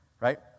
right